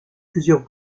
plusieurs